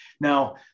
Now